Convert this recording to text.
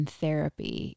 therapy